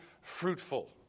fruitful